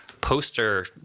poster